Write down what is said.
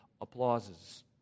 applauses